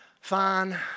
fine